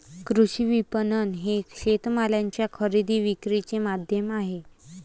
कृषी विपणन हे शेतमालाच्या खरेदी विक्रीचे माध्यम आहे